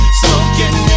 smoking